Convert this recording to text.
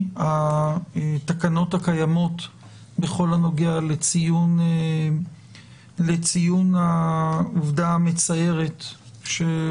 התקנות הקיימות בכל הנוגע לציון העובדה המצערת של